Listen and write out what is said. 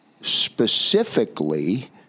specifically